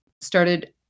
started